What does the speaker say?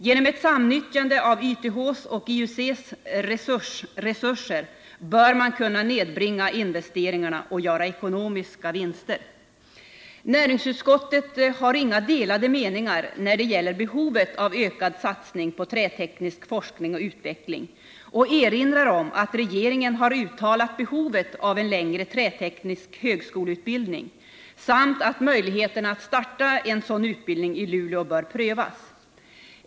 Genom ett samnyttjande av YTH:s och IUC:s resurser bör man kunna nedbringa investeringarna och göra ekonomiska vinster. Det finns inga delade meningar i näringsutskottet om behovet av ökad satsning på träteknisk forskning och utveckling, och utskottet erinrar om att regeringen har uttalat att behovet av en längre träteknisk högskoleutbildning är styrkt samt att möjligheterna att starta en sådan utbildning i Luleå bör prövas.